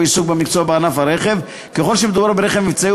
או עיסוק במקצוע בענף הרכב ככל שמדובר ברכב מבצעי,